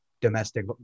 domestic